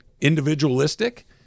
individualistic